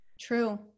True